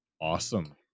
Awesome